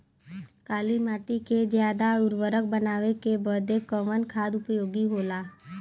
काली माटी के ज्यादा उर्वरक बनावे के बदे कवन खाद उपयोगी होला?